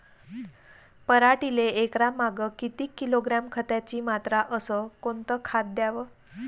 पराटीले एकरामागं किती किलोग्रॅम खताची मात्रा अस कोतं खात द्याव?